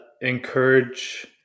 encourage